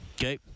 Okay